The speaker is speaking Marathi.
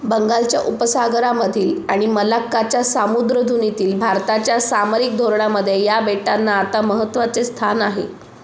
बंगालच्या उपसागरामधील आणि मलाक्काच्या सामुद्र धुनीतील भारताच्या सामरिक धोरणामध्ये या बेटांना आता महत्वाचे स्थान आहे